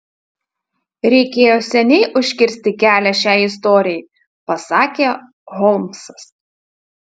reikėjo seniai užkirsti kelią šiai istorijai pasakė holmsas